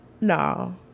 No